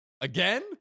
Again